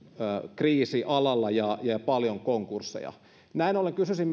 kriisi alalla ja ja paljon konkursseja näin ollen kysyisin